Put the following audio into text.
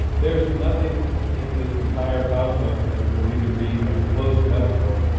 there is nothing in this entire cosmos that would even be a close metaphor,